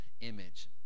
image